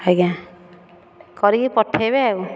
ଆଜ୍ଞା କରିକି ପଠାଇବେ ଆଉ